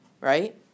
Right